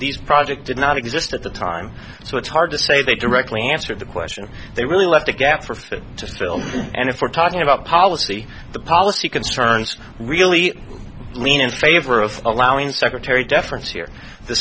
these project did not exist at the time so it's hard to say they directly answer the question they really left a gap for that still and if we're talking about policy the policy concerns really lean in favor of allowing secretary deference here the